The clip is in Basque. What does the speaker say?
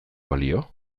balio